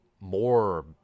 more